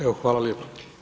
Evo, hvala lijepo.